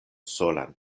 solan